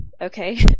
okay